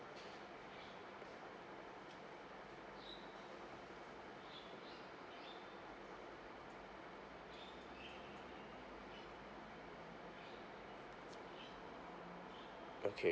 okay